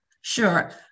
Sure